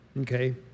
Okay